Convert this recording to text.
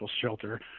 shelter